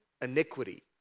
iniquity